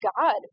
God